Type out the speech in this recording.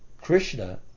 Krishna